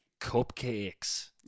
Cupcakes